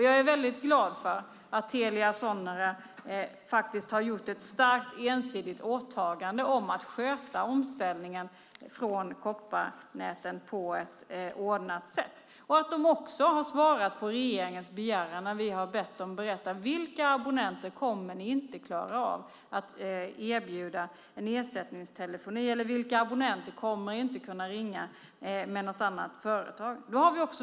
Jag är väldigt glad för att Telia Sonera faktiskt har gjort ett starkt ensidigt åtagande om att sköta omställningen från kopparnäten på ett ordnat sätt. De har också svarat på regeringens begäran när vi har bett dem berätta vilka abonnenter som de inte kommer att klara av att erbjuda en ersättningstelefoni eller vilka abonnenter som inte kommer att kunna ringa med något annat företag.